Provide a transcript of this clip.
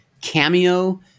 Cameo